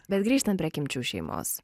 bet grįžtant prie kimčių šeimos